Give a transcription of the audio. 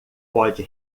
pode